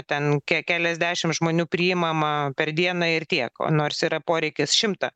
ten ke keliasdešim žmonių priimama per dieną ir tiek o nors yra poreikis šimtą